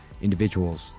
individuals